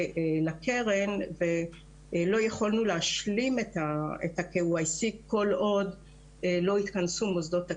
לקרן ולא יכולנו להשלים את ה-KYC כל עוד לא התכנסו מוסדות הקרן,